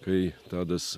kai tadas